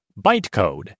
bytecode